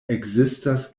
ekzistas